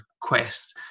quest